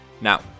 Now